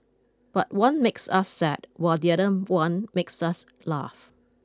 but one makes us sad while the other one makes us laugh